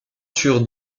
sur